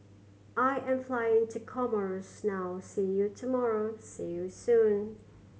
I am flying to Comoros now see you tomorrow see you soon